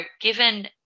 given